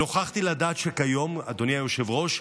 נוכחתי לדעת שכיום, אדוני היושב-ראש,